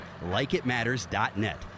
LikeitMatters.net